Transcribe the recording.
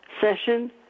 session